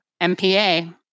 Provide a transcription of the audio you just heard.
MPA